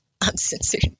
uncensored